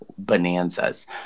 bonanzas